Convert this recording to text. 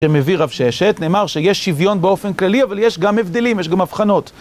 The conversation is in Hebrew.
שמביא רב ששת, נאמר שיש שוויון באופן כללי, אבל יש גם הבדלים, יש גם הבחנות.